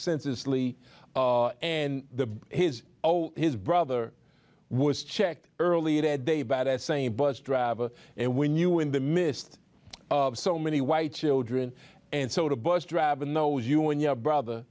sensis lee and the his oh his brother was checked earlier that day about as same bus driver and when you were in the midst of so many white children and so the bus driver knows you and your brother